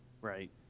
Right